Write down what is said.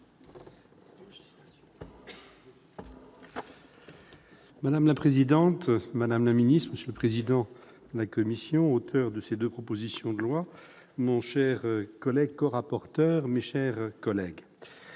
Madame la présidente, madame la ministre, monsieur le président de la commission, auteur de ces deux propositions de loin, mon cher collègue corapporteur, mes chers collègues,